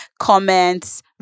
comments